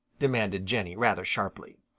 demanded jenny rather sharply.